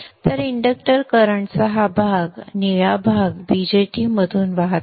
तर इंडक्टर करंटचा हा भाग निळा भाग BJT मधून वाहतो